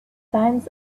signs